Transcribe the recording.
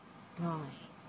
orh